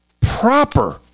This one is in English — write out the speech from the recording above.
proper